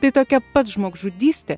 tai tokia pat žmogžudystė